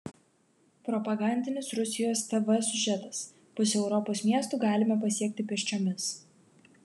propagandinis rusijos tv siužetas pusę europos miestų galime pasiekti pėsčiomis